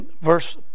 verse